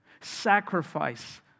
Sacrifice